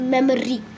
Memory